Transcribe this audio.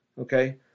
okay